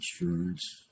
insurance